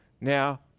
now